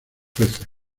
peces